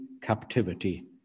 captivity